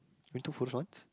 we took photos once